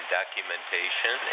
documentation